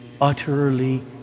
utterly